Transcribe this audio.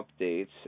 updates